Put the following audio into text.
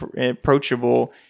approachable